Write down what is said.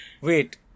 Wait